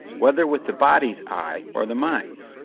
whether with the body's eye or the mind's,